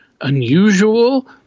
unusual